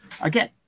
Again